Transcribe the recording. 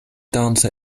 dancer